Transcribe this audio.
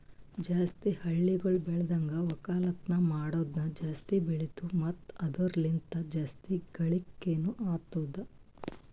ಜಾಸ್ತಿ ಹಳ್ಳಿಗೊಳ್ ಬೆಳ್ದನ್ಗ ಒಕ್ಕಲ್ತನ ಮಾಡದ್ನು ಜಾಸ್ತಿ ಬೆಳಿತು ಮತ್ತ ಅದುರ ಲಿಂತ್ ಜಾಸ್ತಿ ಗಳಿಕೇನೊ ಅತ್ತುದ್